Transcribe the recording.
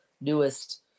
newest